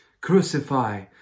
Crucify